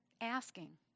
asking